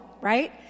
right